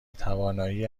توانایی